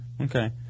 okay